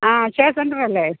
ആ അക്ഷയ സെൻ്ററല്ലേ